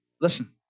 listen